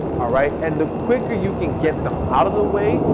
all right. and the quicker you can get them out of the way,